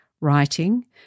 writing